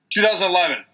2011